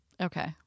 Okay